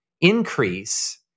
increase